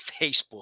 facebook